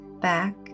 back